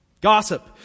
Gossip